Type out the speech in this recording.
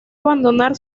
abandonar